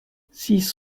six